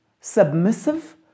submissive